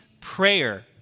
prayer